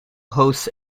hosts